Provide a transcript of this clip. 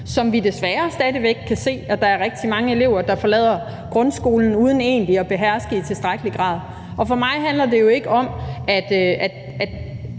som vi desværre stadig væk kan se der er rigtig mange elever der forlader grundskolen uden egentlig at beherske i tilstrækkelig grad. For mig handler det ikke om, at